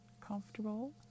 comfortable